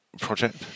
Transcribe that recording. project